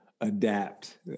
adapt